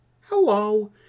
Hello